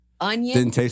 onion